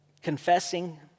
Confessing